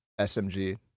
SMG